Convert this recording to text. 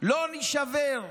לא נישבר,